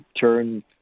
turn